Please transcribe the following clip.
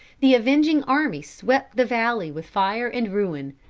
the avenging army swept the valley with fire and ruin.